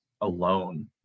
alone